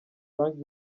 frank